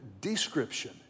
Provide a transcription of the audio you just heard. description